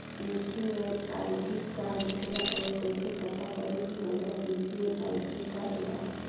UPI ID का होखेला और कईसे पता करम की हमार यू.पी.आई आई.डी का बा?